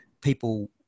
people